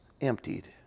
emptied